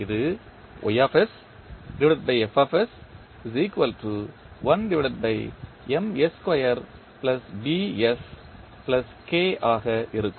இது ஆக இருக்கும்